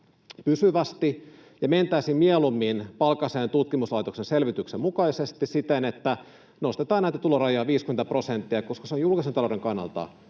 pysyvästi ja mentäisiin mieluummin Palkansaajien tutkimuslaitoksen selvityksen mukaisesti siten, että nostetaan näitä tulorajoja 50 prosenttia, koska se on julkisen talouden kannalta